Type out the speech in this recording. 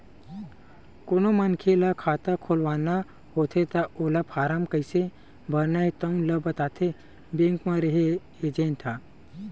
कोनो मनखे ल खाता खोलवाना होथे त ओला फारम कइसे भरना हे तउन ल बताथे बेंक म रेहे एजेंट ह